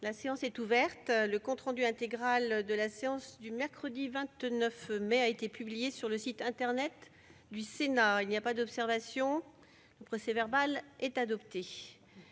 La séance est ouverte. Le compte rendu intégral de la séance du mercredi 29 mai 2019 a été publié sur le site internet du Sénat. Il n'y a pas d'observation ?... Le procès-verbal est adopté.